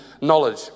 knowledge